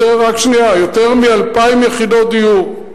יותר מ-2,000 יחידות דיור.